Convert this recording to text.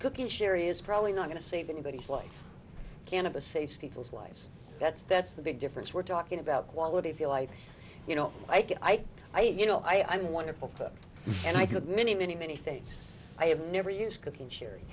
cooking sherry is probably not going to save anybody's life cannabis ace people's lives that's that's the big difference we're talking about quality of your life you know like i i you know i i'm wonderful and i could many many many things i have never used cooking sherry